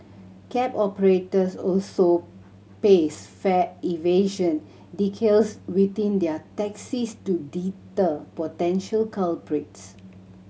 cab operators also paste fare evasion within their taxis to deter potential culprits